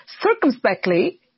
circumspectly